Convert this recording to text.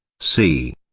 c.